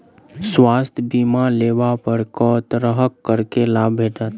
स्वास्थ्य बीमा लेबा पर केँ तरहक करके लाभ भेटत?